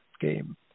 game